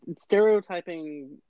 stereotyping